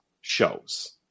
shows